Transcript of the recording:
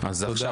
אושרו.